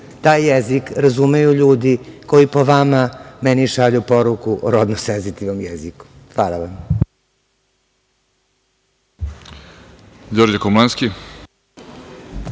jezik razumeju ljudi koji po vama meni šalju poruku o rodno senzitivnom jeziku. Hvala vam.